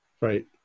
Right